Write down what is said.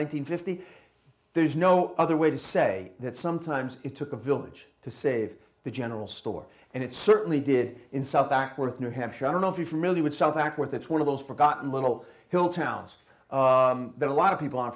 and fifty there's no other way to say that sometimes it took a village to save the general store and it certainly did in south acworth new hampshire i don't know if you're familiar with south acworth it's one of those forgotten little hill towns that a lot of people are